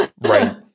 Right